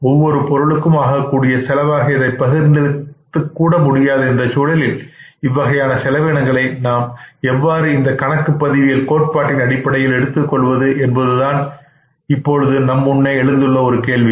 ஒவ்வொரு பொருட்களுக்கும் ஆகக்கூடிய செலவாக இதை பகிர்ந்தளித்து கொடுக்கமுடியாத இந்தச் சூழலில் இவ்வகையான செலவினங்களை நாம் எவ்வாறு இந்த கணக்குப்பதிவியல் கோட்பாட்டின் அடிப்படையில் எடுத்துக் கொள்வது என்பது நம் முன்னே எழுந்துள்ள ஒரு கேள்வி